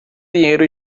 dinheiro